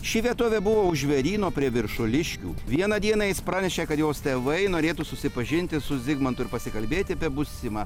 ši vietovė buvo už žvėryno prie viršuliškių vieną dieną jis pranešė kad jos tėvai norėtų susipažinti su zigmantu ir pasikalbėti apie būsimą